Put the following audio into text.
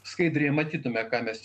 skaidriai matytume ką mes